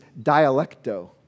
dialecto